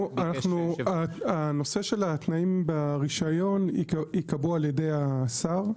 הנושא של התנאים ברישיון ייקבעו על ידי השר.